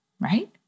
right